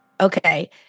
Okay